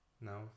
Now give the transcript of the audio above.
No